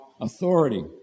authority